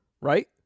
Right